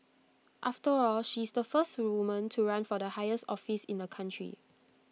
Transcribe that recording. after all she's the first woman to run for the highest office in the country